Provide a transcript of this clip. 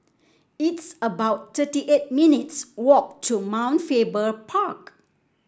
it's about thirty eight minutes' walk to Mount Faber Park